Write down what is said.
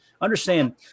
Understand